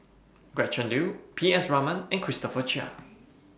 Gretchen Liu P S Raman and Christopher Chia